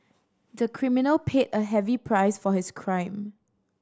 the criminal paid a heavy price for his crime